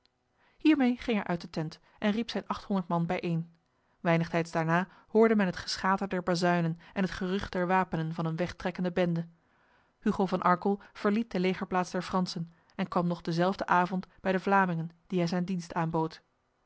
hiermee ging hij uit de tent en riep zijn achthonderd man bijeen weinig tijds daarna hoorde men het geschater der bazuinen en het gerucht der wapenen van een wegtrekkende bende hugo van arkel verliet de legerplaats der fransen en kwam nog dezelfde avond bij de vlamingen die hij zijn dienst aanbood